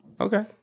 Okay